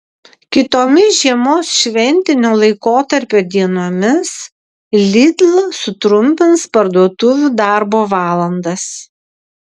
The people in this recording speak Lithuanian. kitomis žiemos šventinio laikotarpio dienomis lidl sutrumpins parduotuvių darbo valandas